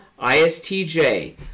ISTJ